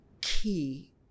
key